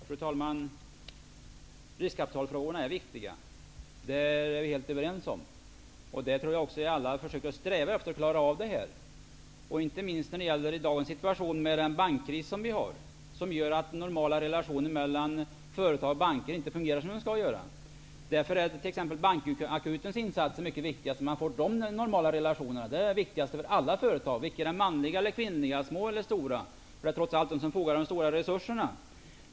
Fru talman! Riskkapitalfrågorna är viktiga. Det är vi helt överens om. Jag tror också att alla försöker sträva efter att klara av detta. Det gäller inte minst i dagens sitaution med bankkris, vilket medför att normala relationer mellan företag och banker inte fungerar som de skall. Därför är t.ex. bankakutens insatser mycket viktiga, för att relationerna skall bli normala. Detta är det viktigaste för alla företag -- oberoende om det rör sig om manligt eller kvinnligt företagande eller om små eller stora företag. Det är trots allt detta som fordrar de stora resurserna.